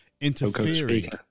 interfering